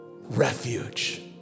refuge